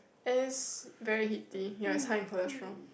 and is very heaty ya it's high in cholesterol